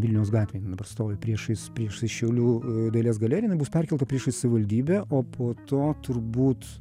vilniaus gatvėj jin dabar stovi priešais priešais šiaulių dailės galeriją jinai bus perkelta priešais savivaldybę o po to turbūt